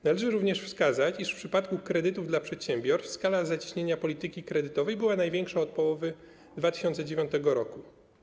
Należy również wskazać, iż w przypadku kredytów dla przedsiębiorstw skala zacieśnienia polityki kredytowej była największa od połowy 2009 r.